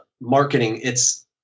marketing—it's